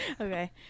Okay